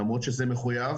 למרות שזה מחויב.